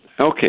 Okay